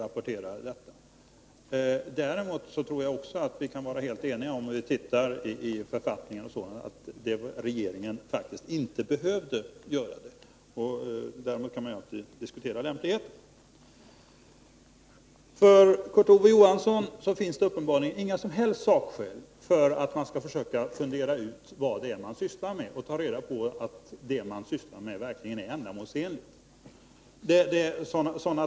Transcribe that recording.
Men jag tror att vi kan vara helt eniga — om vi ser i författningar osv. — om att regeringen faktiskt inte behövde göra det. Däremot kan man ju alltid diskutera lämpligheten. För Kurt Ove Johansson finns det uppenbarligen inga som helst sakskäl för att man skall försöka fundera ut vad det är man sysslar med och ta reda på att det man sysslar med verkligen är ändamålsenligt.